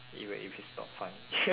even if it's not funny